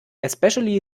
especially